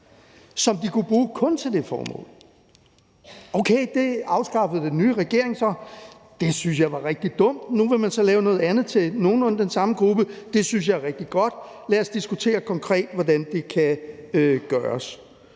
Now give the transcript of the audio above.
som de kunne bruge kun til det formål. Okay, det afskaffede den nye regering så – det synes jeg var rigtig dumt. Nu vil man så lave noget andet til nogenlunde den samme gruppe – det synes jeg er rigtig godt. Lad os diskutere konkret, hvordan det kan gøres.